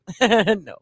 no